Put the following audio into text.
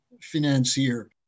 financier